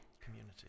community